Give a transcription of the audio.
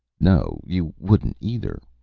no, you wouldn't, either,